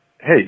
Hey